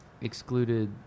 excluded